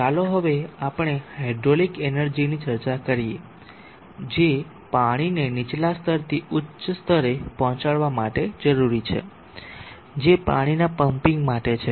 ચાલો હવે આપણે હાઇડ્રોલિક એનર્જીની ચર્ચા કરીએ જે પાણીને નીચલા સ્તરથી ઊચા સ્તરે પહોંચાડવા માટે જરૂરી છે જે પાણીના પંમ્પિંગ માટે છે